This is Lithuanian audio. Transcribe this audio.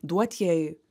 duot jai